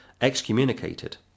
excommunicated